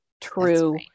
true